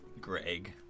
Greg